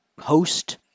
host